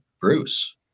Bruce